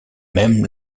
même